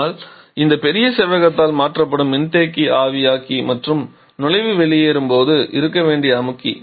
ஆனால் இந்த பெரிய செவ்வகத்தால் மாற்றப்படும் மின்தேக்கியின் ஆவியாக்கி மற்றும் நுழைவு வெளியேறும்போது இருக்க வேண்டிய அமுக்கி